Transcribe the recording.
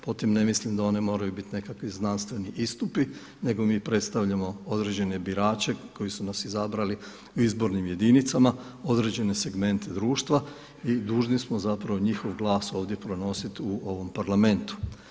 Pod time ne mislim da one moraju biti nekakvi znanstveni istupi nego mi predstavljamo određene birače koji su nas izabrali u izbornim jedinicama, određene segmente društva i dužni smo zapravo njihov glas ovdje pronositi u ovom Parlamentu.